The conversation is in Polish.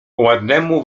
ładnemu